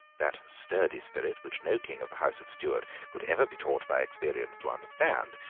that sturdy spirit which no king of the house of stuart could ever be taught by experience to understand,